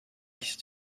kişi